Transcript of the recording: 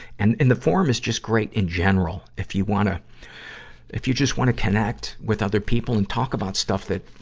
and, and the forum is just great, in general, if you wanna, if you just wanna connect with other people and talk about stuff that,